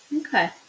Okay